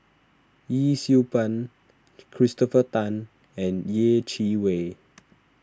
Yee Siew Pun Christopher Tan and Yeh Chi Wei